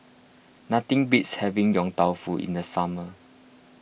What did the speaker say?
nothing beats having Yong Tau Foo in the summer